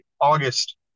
August